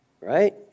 right